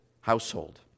household